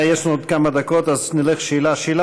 יש לנו עוד כמה דקות, אז נלך שאלה-שאלה.